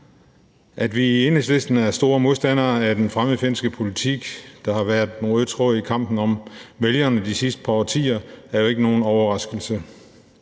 At vi i Enhedslisten er store modstandere af den fremmedfjendske politik, der har været den røde tråd i kampen om vælgerne de sidste par årtier, er jo ikke nogen overraskelse.